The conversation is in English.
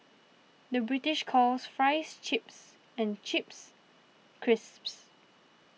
the British calls Fries Chips and Chips Crisps